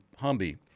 Humby